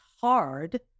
hard